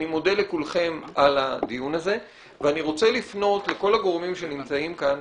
אני מודה לכולכם על הדיון הזה ואני רוצה לפנות לכל הגורמים שנמצאים כאן,